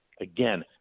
Again